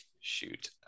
shoot